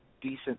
decent